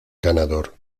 ganador